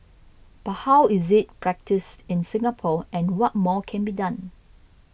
but how is it practised in Singapore and what more can be done